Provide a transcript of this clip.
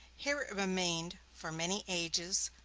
here it remained for many ages,